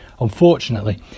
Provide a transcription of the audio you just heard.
Unfortunately